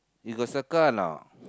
you got circle or not